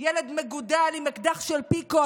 ילד מגודל עם אקדח של פיקות.